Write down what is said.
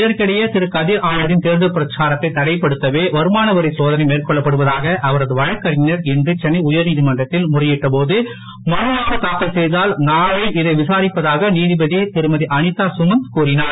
இதற்கிடையே திரு கதிர் ஆனந்தின் தேர்தல் பிரச்சாரத்தை தடை படுத்தவே வருமானவரி சோதனை மேற்கொள்ளப்படுவதாக அவரது வழக்கறிஞர் இன்று சென்னை உயர்நீதிமன்றத்தில் முறையிட்ட போது மனுவாக தாக்கல் செய்தால் நாளை இதை விசாரிப்பதாக நீதிபதி திருமதி அனிதா சுமந்த் கூறினார்